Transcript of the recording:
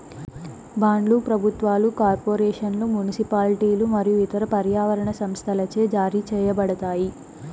బాండ్లు ప్రభుత్వాలు, కార్పొరేషన్లు, మునిసిపాలిటీలు మరియు ఇతర పర్యావరణ సంస్థలచే జారీ చేయబడతాయి